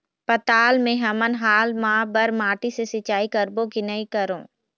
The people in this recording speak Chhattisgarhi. पताल मे हमन हाल मा बर माटी से सिचाई करबो की नई करों?